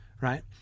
right